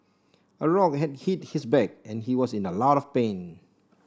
a rock had hit his back and he was in a lot of pain